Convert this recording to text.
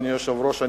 אדוני היושב-ראש,